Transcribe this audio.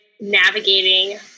navigating